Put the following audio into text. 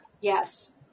Yes